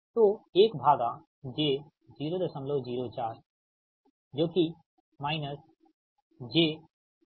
तो 1 भागा j 004 जो कि माइनस j 25 है